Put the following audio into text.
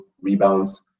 rebounds